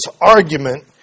argument